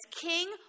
king